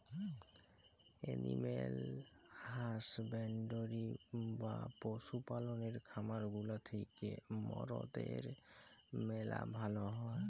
animal husbandry বা পশু পাললের খামার গুলা থ্যাকে মরদের ম্যালা ভাল হ্যয়